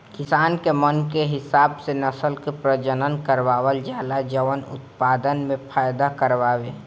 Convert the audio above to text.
किसान के मन के हिसाब से नसल के प्रजनन करवावल जाला जवन उत्पदान में फायदा करवाए